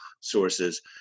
sources